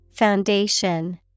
Foundation